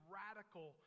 radical